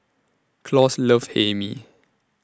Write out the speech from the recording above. Claus loves Hae Mee